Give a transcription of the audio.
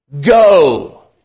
Go